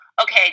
okay